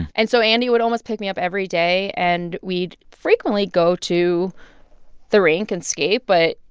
and so andy would almost pick me up every day, and we'd frequently go to the rink and skate. but,